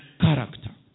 character